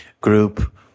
group